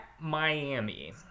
Miami